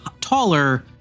taller